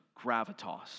gravitas